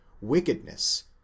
wickedness